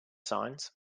signs